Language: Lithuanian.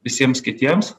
visiems kitiems